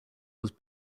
was